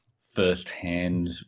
firsthand